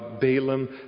Balaam